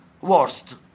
worst